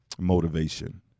motivation